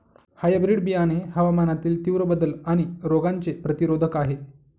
hybrid बियाणे हवामानातील तीव्र बदल आणि रोगांचे प्रतिरोधक आहे